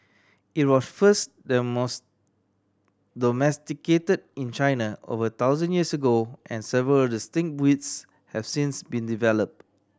it was first domesticated in China over thousand years ago and several distinct breeds have since been developed